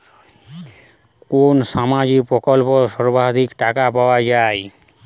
কোন সামাজিক প্রকল্পে সর্বাধিক টাকা পাওয়া য়ায়?